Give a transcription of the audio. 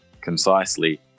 concisely